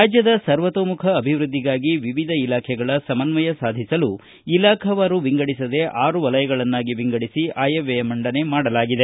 ರಾಜ್ಯದ ಸರ್ವತೋಮುಖ ಅಭಿವೃದ್ದಿಗಾಗಿ ವಿವಿಧ ಇಲಾಖೆಗಳ ಸಮನ್ನಯ ಸಾಧಿಸಲು ಇಲಾಖಾವಾರು ವಿಂಗಡಿಸದೇ ಆರು ವಲಯಗಳನ್ನಾಗಿ ವಿಂಗಡಿಸಿ ಆಯವ್ಯಯ ಮಂಡನೆ ಮಾಡಲಾಗಿದೆ